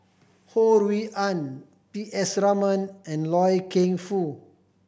Ho Rui An P S Raman and Loy Keng Foo